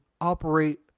operate